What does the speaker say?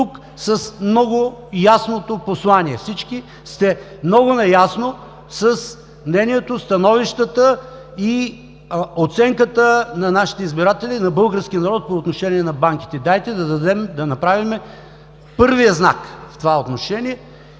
тук с много ясно послание. Всички сте много наясно с мнението, становищата и оценката на нашите избиратели, на българския народ по отношение на банките. Дайте да дадем, да направим първия знак в това отношение